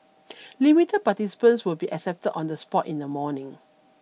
limited participants will be accepted on this spot in the morning